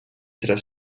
tres